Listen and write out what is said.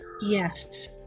Yes